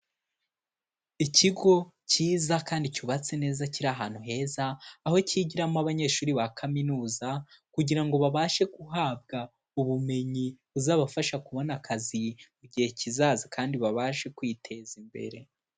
Ikigo cyiza kandi cyubatse neza kiri ahantu heza, aho cyigiramo abanyeshuri ba kaminuza kugira ngo babashe guhabwa ubumenyi buzabafasha kubona akazi mu gihe kizaza kandi babashe kwiteza imbere.